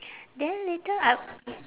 then later I